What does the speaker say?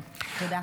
תודה.